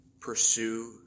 pursue